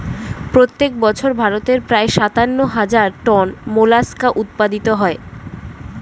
প্রত্যেক বছর ভারতে প্রায় সাতান্ন হাজার টন মোলাস্কা উৎপাদিত হয়